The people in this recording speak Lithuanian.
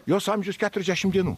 jos amžius keturiasdešim dienų